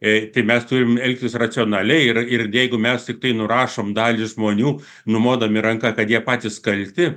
tai mes turim elgtis racionaliai ir ir jeigu mes tiktai nurašom dalį žmonių numodami ranka kad jie patys kalti